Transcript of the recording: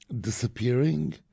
disappearing